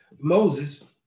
Moses